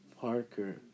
Parker